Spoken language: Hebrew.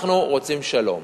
אנחנו רוצים שלום,